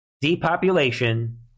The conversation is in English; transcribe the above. depopulation